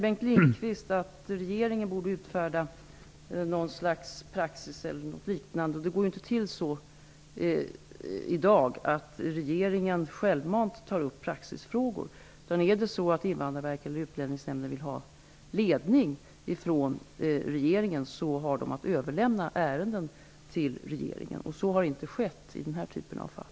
Bengt Lindqvist säger att regeringen borde utfärda en praxis eller liknande. Det går inte till så i dag att regeringen självmant tar upp frågor om praxis. Om Invandrarverket eller Utlänningsnämnden vill ha ledning från regeringen, har de att överlämna ärenden till regeringen. Så har inte skett i den här typen av fall.